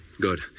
Good